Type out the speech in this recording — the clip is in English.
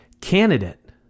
candidate